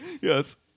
Yes